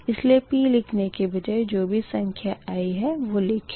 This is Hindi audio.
इसलिए p लिखने के बजाये जो भी संख्या आयी है वो लिखें